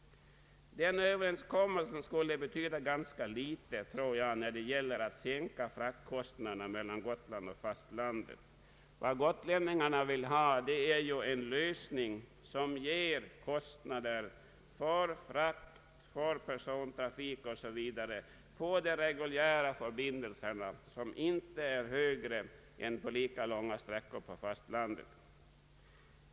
Den överenskommelse som träffats skulle betyda ganska litet när det gäller att sänka kostnaderna för frakt mellan Gotland och fastlandet. Vad gotlänningarna vill ha är en lösning som innebär att kostnaderna för frakt och för persontrafik på de reguljära förbindelserna inte blir högre än kostnaderna på motsvarande sträckor på fastlandet.